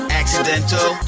accidental